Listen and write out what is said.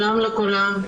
שלום לכולם.